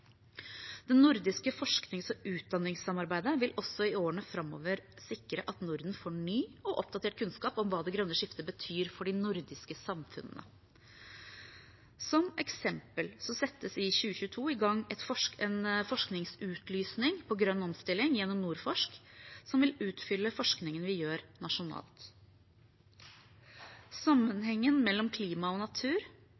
Det nordiske forsknings- og utdanningssamarbeidet vil også i årene framover sikre at Norden får ny og oppdatert kunnskap om hva det grønne skiftet betyr for de nordiske samfunnene. Som eksempel settes i 2022 i gang en forskningsutlysning på grønn omstilling gjennom NordForsk som vil utfylle forskningen vi gjør nasjonalt.